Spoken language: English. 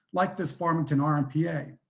like this farmington ah rmpa.